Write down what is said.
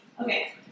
Okay